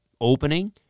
opening